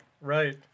Right